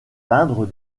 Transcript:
peindre